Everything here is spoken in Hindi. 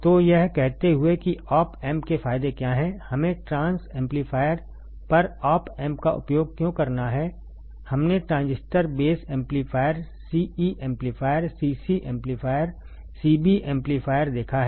तो यह कहते हुए कि ऑप एम्प के फायदे क्या हैं हमें ट्रांस एम्पलीफायर पर ऑप एम्प का उपयोग क्यों करना है हमने transistor base amplifier CE amplifier CC amplifier CB amplifier देखा है